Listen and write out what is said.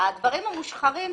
הדברים המושחרים,